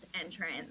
entrance